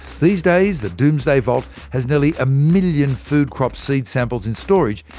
these days, the doomsday vault has nearly a million food crop seed samples in storage,